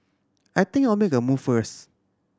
I think I'll make a move first